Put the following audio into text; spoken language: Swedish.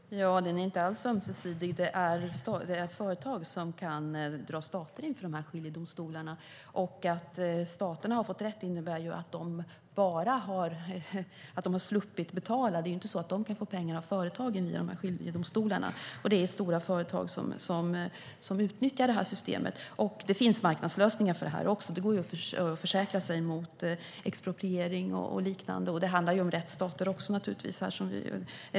Herr talman! Den är inte alls ömsesidig. Det är företag som kan dra stater inför de här skiljedomstolarna. Att stater har fått rätt innebär bara att de har sluppit att betala. Det är ju inte så att de kan få pengar av företagen via skiljedomstolarna. Och det är stora företag som utnyttjar det här systemet. Det finns också marknadslösningar för det här; det går att försäkra sig mot expropriering och liknande. Och det handlar naturligtvis också om rättsstater.